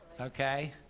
okay